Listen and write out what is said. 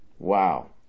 Wow